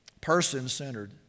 person-centered